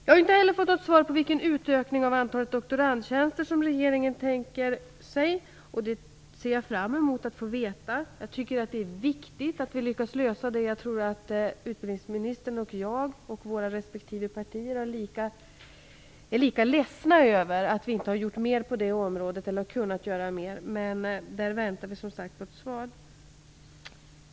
Jag har inte heller fått något svar på frågan om vilken utökning av antalet doktorandtjänster regeringen tänker sig. Det ser jag fram emot att få veta. Jag tycker att det är viktigt att vi lyckas lösa detta. Jag tror att utbildningsministern och jag - och våra respektive partier - är lika ledsna över att vi inte kunnat göra mer på det området. Där väntar vi som sagt på ett svar.